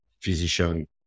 physician